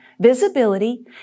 visibility